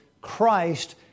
Christ